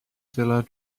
seller